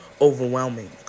overwhelming